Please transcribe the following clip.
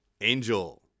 Angel